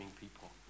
people